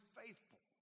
faithful